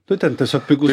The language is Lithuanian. nu ten tiesiog pigus